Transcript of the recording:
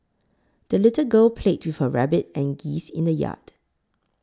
the little girl played with her rabbit and geese in the yard